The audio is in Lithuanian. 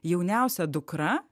jauniausia dukra